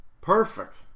Perfect